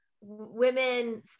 women